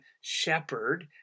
shepherd